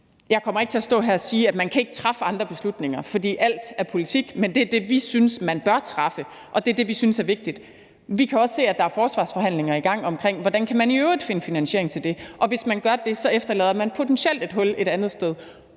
Jeg kommer ikke til at stå her og sige, er man ikke kan træffe andre beslutninger, for alt er politik, men det er det, vi synes man bør træffe beslutning om, og det er det, vi synes er vigtigt. Vi kan også se, at der er forsvarsforhandlinger i gang om, hvordan man i øvrigt kan finde finansiering til det, og hvis man gør det, efterlader man potentielt et hul et andet sted,